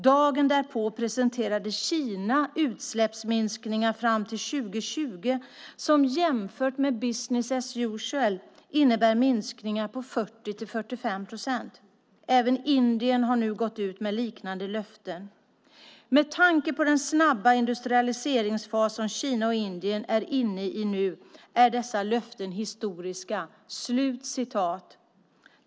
Dagen därpå presenterade Kina utsläppsminskningar fram till 2020 som jämfört med 'business as usual' innebär minskningar på 40 till 45 procent. Även Indien har nu gått ut med liknande löften. Med tanke på den snabba industrialiseringsfas som Kina och Indien är inne i nu är dessa löften historiska."